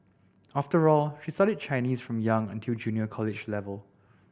after all she studied Chinese from young until junior college level